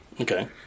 Okay